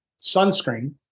sunscreen